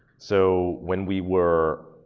so when we were,